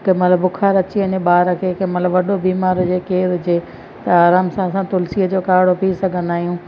कंहिं महिल बुखार अची वञे ॿार खे कंहिं महिल वॾो बीमारु हुजे केरु हुजे त आराम सां असां तुलसीअ जो काढ़ो पी सघंदा आहियूं